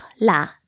la